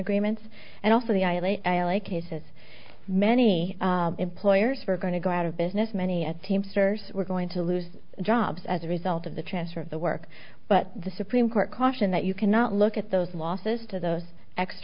agreements and also the island alec cases many employers were going to go out of business many a teamsters were going to lose jobs as a result of the transfer of the work but the supreme court caution that you cannot look at those losses to those